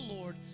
Lord